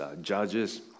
judges